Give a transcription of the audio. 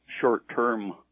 short-term